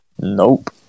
Nope